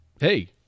hey